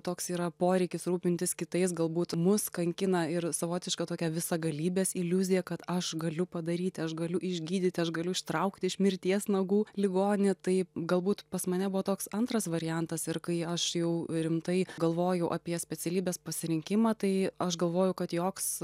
toks yra poreikis rūpintis kitais galbūt mus kankina ir savotiška tokia visagalybės iliuzija kad aš galiu padaryti aš galiu išgydyti aš galiu ištraukti iš mirties nagų ligonį tai galbūt pas mane buvo toks antras variantas ir kai aš čia jau rimtai galvojau apie specialybės pasirinkimą tai aš galvoju kad joks